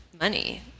money